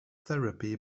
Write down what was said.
therapy